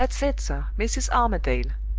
that's it, sir. mrs. armadale.